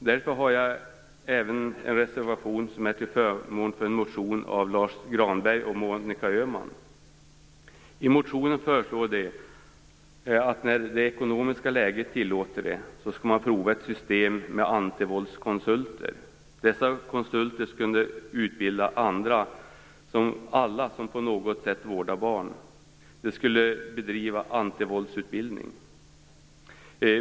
Därför har jag även en reservation som är till förmån för en motion av Lars Granberg och Monica Öhman. I motionen föreslår de att man, när det ekonomiska läget tillåter, skall prova ett system med antivåldskonsulter. Dessa konsulter skulle utbilda alla som på något sätt vårdar barn. De skulle bedriva antivåldsutbildning.